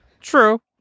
True